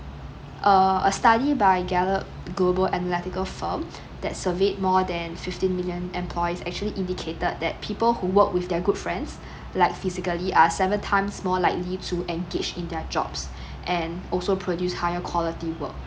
err a study by global analytical firm that surveyed more than fifty million employees actually indicated that people who work with their good friends like physically are seven times more likely to engage in their jobs and also produce higher quality work